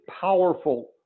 powerful